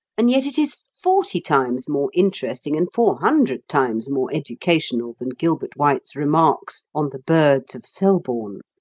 and yet it is forty times more interesting and four hundred times more educational than gilbert white's remarks on the birds of selborne.